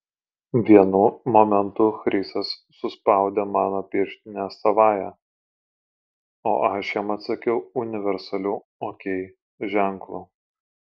vienu momentu chrisas suspaudė mano pirštinę savąja o aš jam atsakiau universaliu ok ženklu